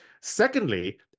secondly